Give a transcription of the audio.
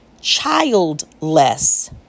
childless